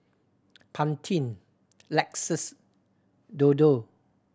Pantene Lexus Dodo